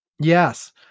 Yes